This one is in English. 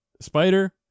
Spider